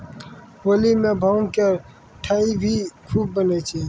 होली मॅ भांग के ठंडई भी खूब बनै छै